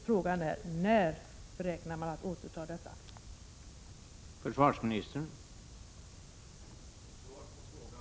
Frågan är: När beräknar man återuppta repetitionsutbildningen?